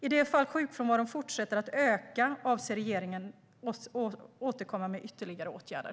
I det fall sjukfrånvaron fortsätter att öka avser regeringen att återkomma med ytterligare åtgärder.